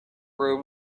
room